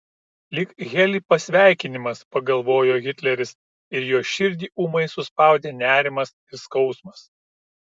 lyg heli pasveikinimas pagalvojo hitleris ir jo širdį ūmai suspaudė nerimas ir skausmas